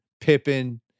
Pippen